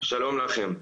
שלום לכם.